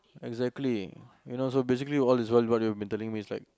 exactly you know so basically all is well what you've been telling me is like